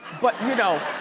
but, you know.